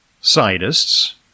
scientists